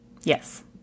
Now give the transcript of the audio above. Yes